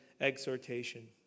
exhortation